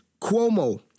Cuomo